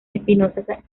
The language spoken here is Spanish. espinosa